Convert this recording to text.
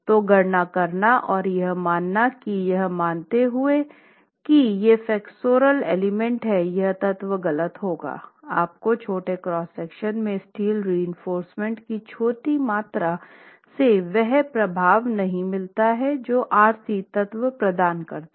तो गणना करना और यह मानना की यह मानते हुए कि ये फ्लेक्सुरल एलिमेंट्स है यह तत्व गलत होगा आपको छोटे क्रॉस सेक्शन में स्टील रीइंफोर्स्मेंट की छोटी मात्रा से वह प्रभाव नहीं मिलता है जो आरसी तत्व प्रदान करता है